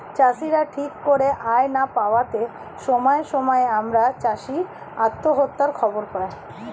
চাষীরা ঠিক করে আয় না পাওয়াতে সময়ে সময়ে আমরা চাষী আত্মহত্যার খবর পাই